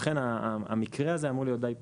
לכן המקרה הזה אמור להיות די פשוט.